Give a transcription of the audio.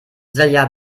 silja